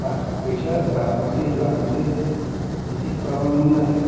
बारा फैसा होखालांसै लांनोसै बिदि खालामोमोन आरो